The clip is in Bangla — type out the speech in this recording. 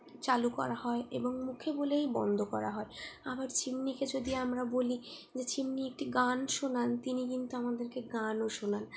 চালু করা হয় এবং মুখে বলেই বন্ধ করা হয় আবার চিমনিকে যদি আমরা বলি যে চিমনি একটি গান শোনান তিনি কিন্তু আমাদেরকে গানও শোনান